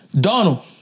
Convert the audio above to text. Donald